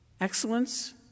Excellence